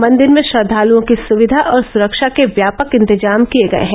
मंदिर में श्रद्वाल्ऑ की सुविधा और सुरक्षा के व्यापक इंतजाम किए गए हैं